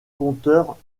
conteurs